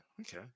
okay